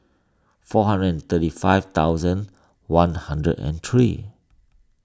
four hundred and thirty five thousand one hundred and three